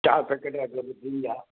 चार पैकेट अगरबतियुनि जा